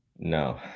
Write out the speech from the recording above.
no